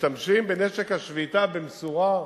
משתמשים בנשק השביתה במשורה,